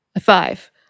Five